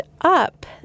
up